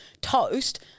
toast